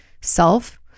self